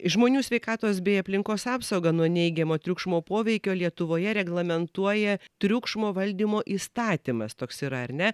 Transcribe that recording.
žmonių sveikatos bei aplinkos apsaugą nuo neigiamo triukšmo poveikio lietuvoje reglamentuoja triukšmo valdymo įstatymas toks yra ar ne